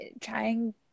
trying